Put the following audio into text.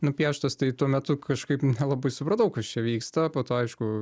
nupieštos tai tuo metu kažkaip nelabai supratau kas čia vyksta po to aišku